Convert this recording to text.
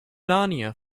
narnia